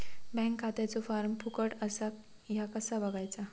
Bank खात्याचो form फुकट असा ह्या कसा बगायचा?